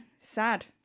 sad